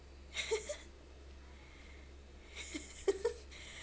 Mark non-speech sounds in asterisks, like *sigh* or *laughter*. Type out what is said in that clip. *laughs*